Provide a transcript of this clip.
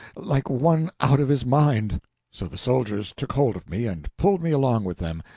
like one out of his mind so the soldiers took hold of me, and pulled me along with them,